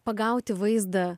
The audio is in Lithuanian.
pagauti vaizdą